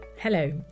Hello